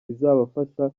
bizabafasha